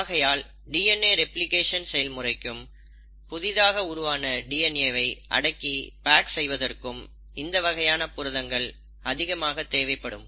ஆகையால் DNA replication செயல்முறைக்கும் புதிதாக உருவான டிஎன்ஏ வை அடக்கி பேக் செய்வதற்கும் இந்த வகையான புரதங்கள் அதிகமாக தேவைப்படும்